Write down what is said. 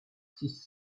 six